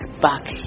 back